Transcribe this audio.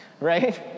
right